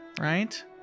right